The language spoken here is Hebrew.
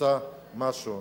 עושה משהו.